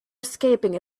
escaping